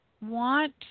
want